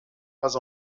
pas